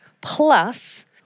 Plus